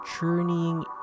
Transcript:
journeying